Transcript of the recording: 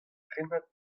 prenañ